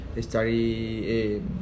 Study